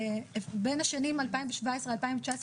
בין השנים 2017-2019,